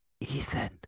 Ethan